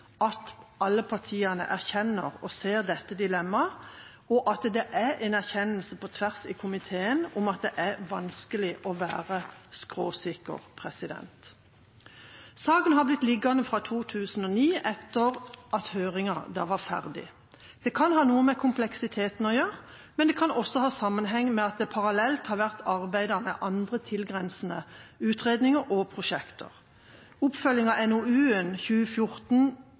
at alle partiene ser og erkjenner dette dilemma, og at det er en erkjennelse på tvers i komiteen av at det er vanskelig å være skråsikker. Saken har blitt liggende fra 2009, etter at høringa da var ferdig. Det kan ha noe med kompleksiteten å gjøre, men det kan også ha sammenheng med at det parallelt har vært arbeidet med andre, tilgrensende utredninger og prosjekter. Oppfølging av